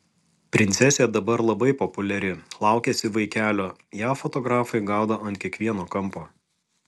princesė dabar labai populiari laukiasi vaikelio ją fotografai gaudo ant kiekvieno kampo